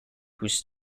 whose